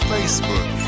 Facebook